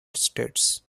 states